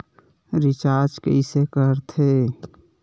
Recharge कइसे कर थे?